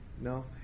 No